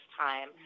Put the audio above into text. time